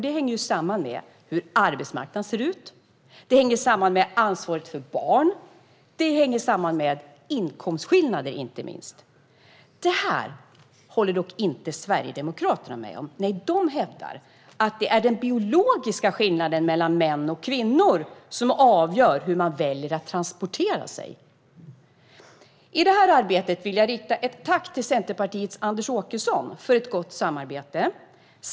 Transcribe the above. Det hänger samman med hur arbetsmarknaden ser ut. Det hänger samman med ansvaret för barn. Det hänger inte minst samman med inkomstskillnader. Det här håller dock inte Sverigedemokraterna med om. De hävdar att det är den biologiska skillnaden mellan män och kvinnor som avgör hur man väljer att transportera sig. I det här arbetet vill jag rikta ett tack till Centerpartiets Anders Åkesson för ett gott samarbete.